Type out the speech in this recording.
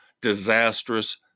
disastrous